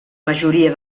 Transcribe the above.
majoria